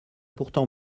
pourtant